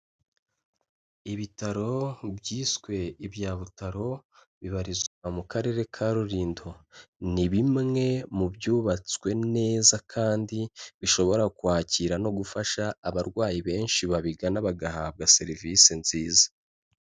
Ibitaro byiswe ibya Butaro bibarizwa mu Karere ka Rulindo, ni bimwe mu byubatswe neza kandi bishobora kwakira no gufasha abarwayi benshi babigana bagahabwa serivisi nziza.